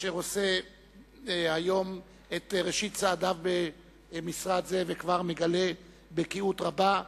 אשר עושה היום את ראשית צעדיו במשרד זה וכבר מגלה בקיאות רבה.